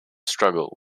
struggle